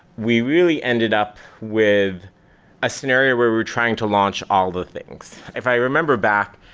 we really ended up with a scenario where we're trying to launch all the things. if i remember back,